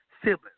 siblings